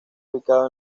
ubicado